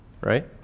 right